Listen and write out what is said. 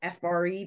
FRE